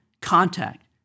contact